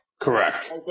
Correct